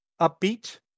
upbeat